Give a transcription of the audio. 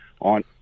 on